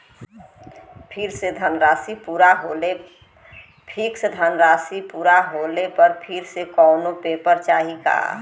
Fix धनराशी पूरा होले पर फिर से कौनो पेपर चाही का?